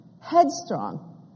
Headstrong